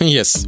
Yes